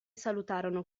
salutarono